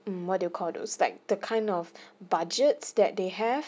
mm what do you call those like the kind of budgets that they have